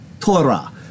Torah